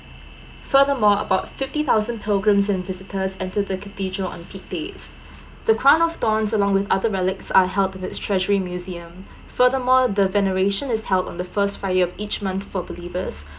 furthermore about fifty thousand pilgrims and visitors enter the cathedral on peak days the crown of thorns along with other relics are held in its treasury museum furthermore the veneration is held on first fire of each month for believers